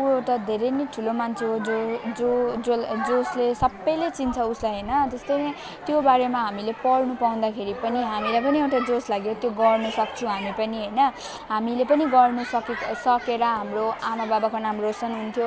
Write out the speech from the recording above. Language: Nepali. ऊ एउटा धेरै नै ठुलो मान्छे हो जो जो जो जसले सबैले चिन्छ उसलाई होइन त्यस्तै नै त्यो बारेमा हामीले पढ्नु पाउँदाखेरि पनि हामीलाई पनि एउटा जोस् लाग्यो त्यो गर्नसक्छु हामी पनि होइन हामीले पनि गर्नु सके सकेर हाम्रो आमाबाबाको नाम रोसन हुन्थ्यो